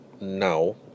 now